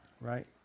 Right